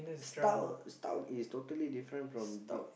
stout stout is totally different from be~